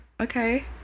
okay